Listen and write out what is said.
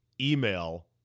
email